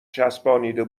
چسبانیده